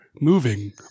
moving